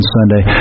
Sunday